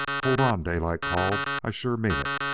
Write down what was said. hold on, daylight called. i sure mean it.